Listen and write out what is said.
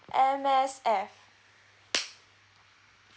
M_S_F